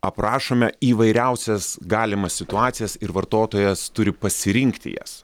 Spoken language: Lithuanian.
aprašome įvairiausias galimas situacijas ir vartotojas turi pasirinkti jas